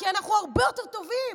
כי אנחנו הרבה יותר טובים.